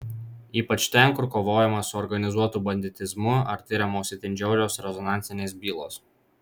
ypač ten kur kovojama su organizuotu banditizmu ar tiriamos itin žiaurios rezonansinės bylos